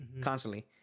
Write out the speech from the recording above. constantly